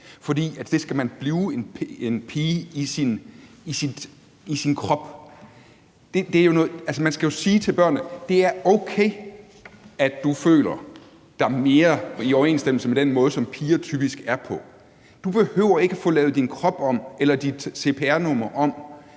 fordi man skal blive en pige i sin krop. Man skal sige til børnene: Det er okay, at du føler dig mere i overensstemmelse med den måde, som piger typisk er på; du behøver ikke at få lavet din krop eller dit cpr-nummer om;